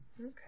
Okay